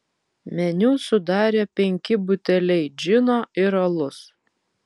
meniu sudarė penki buteliai džino ir alus